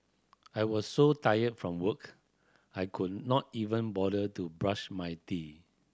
I was so tired from work I could not even bother to brush my teeth